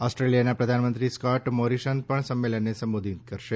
ઓસ્ટ્રેલિયાના પ્રધાનમંત્રી Scott Morrison પણ સંમેલનને સંબોધિત કરશે